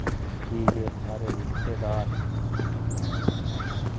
की के सारे रिश्तेदार